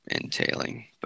entailing